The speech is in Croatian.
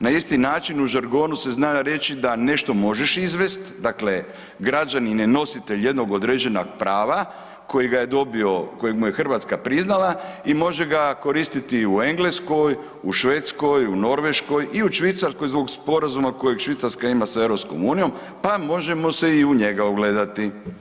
Na isti način u žargonu se zna reći da nešto možeš izvesti, dakle građani nenositelji jednog određenog prava kojega je dobio, koji mu je Hrvatska priznala i može ga koristiti u Engleskoj, u Švedskoj, u Norveškoj i u Švicarskoj zbog sporazuma kojeg Švicarska ima sa EU, pa možemo se i u njega ogledati.